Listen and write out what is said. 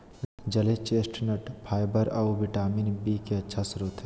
जलीय chestnut fibre आऊ vitamin B के अच्छा स्रोत हइ